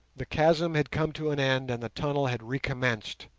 the chasm had come to an end and the tunnel had recommenced.